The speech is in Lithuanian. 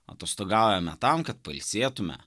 atostogaujame tam kad pailsėtume